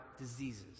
diseases